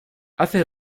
hace